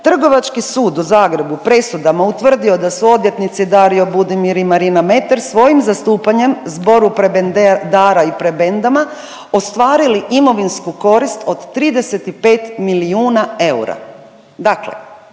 „Trgovački sud u Zagrebu presudama utvrdio da su odvjetnici Dario Budimir i Marina Meter svojim zastupanjem Zboru prebendara i prebendama ostavili imovinsku korist od 35 milijuna eura.